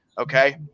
okay